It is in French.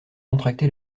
contracté